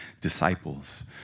disciples